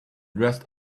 dressed